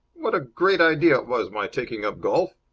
what a great idea it was, my taking up golf!